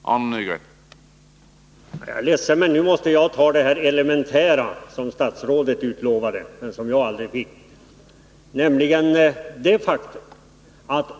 Herr talman! Jag är ledsen att jag nu måste ta upp det elementära, som statsrådet förut utlovade.